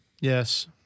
Yes